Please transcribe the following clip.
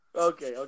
Okay